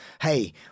Hey